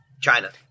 China